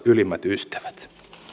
ylimmät ystävät